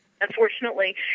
unfortunately